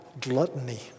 gluttony